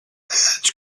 adds